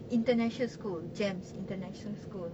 international school GEMS international school